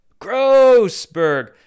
Grossberg